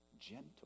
gentle